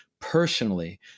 personally